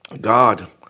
God